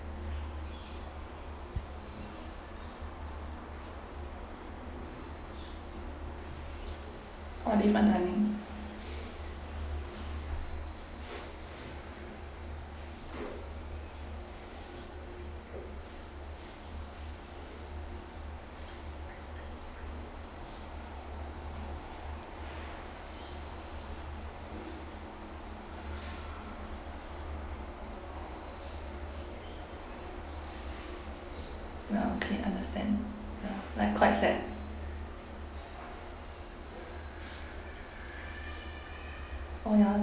orh different timing ya okay understand ya like quite sad oh ya